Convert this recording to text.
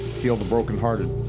heal the brokenhearted